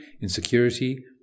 insecurity